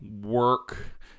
work